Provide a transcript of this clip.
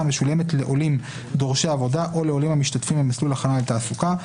המשולמת לעולים דורשי עבודה או לעולים המשתתפים במסלול הכנה לתעסוקה,